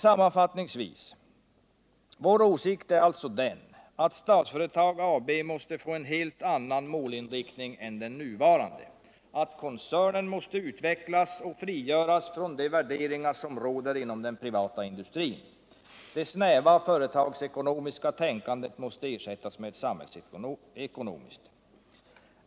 Sammanfattningsvis: Vår åsikt är att Statsföretag måste få en helt annan målinriktning än den nuvarande, att koncernen måste utvecklas och frigöras från de värderingar som råder inom den privata industrin. Det snäva företagsekonomiska tänkandet måste ersättas med ett samhällsekonomiskt.